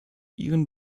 ihren